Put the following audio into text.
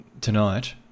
tonight